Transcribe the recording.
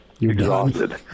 exhausted